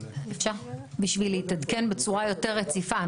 בשביל להתעדכן בצורה יותר רציפה.